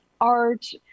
art